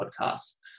podcasts